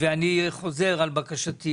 ההארכה אושרה, ואני חוזר על בקשתי.